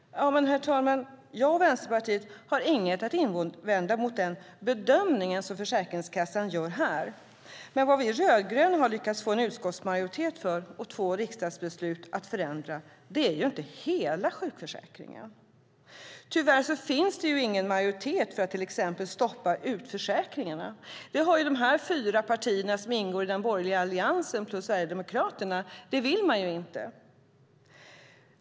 Herr talman! Jag och Vänsterpartiet har inget att invända mot den bedömning som Försäkringskassan gör här. Men vad vi rödgröna har lyckats få en utskottsmajoritet för att förändra genom två riksdagsbeslut är inte hela sjukförsäkringen. Tyvärr finns det ingen majoritet för att till exempel stoppa utförsäkringarna. De fyra partier som ingår i den borgerliga Alliansen plus Sverigedemokraterna vill inte det.